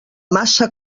massa